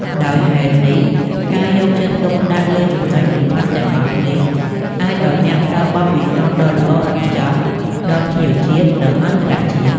ដោយហេតុនេះការយកចិត្តទុកដាក់លើចំណុចលម្អិតទាំងអស់នេះ អាចឱ្យអ្នកផ្តល់បទពិសោធន៍ដ៏ល្អឥតខ្ចោះដល់ភ្ញៀវជាតិនិងអន្តរជាតិ។